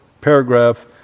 paragraph